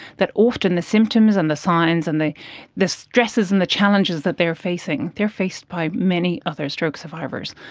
that often the symptoms and the signs and the stresses and the challenges that they are facing, they are faced by many other stroke survivors.